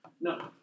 No